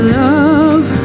love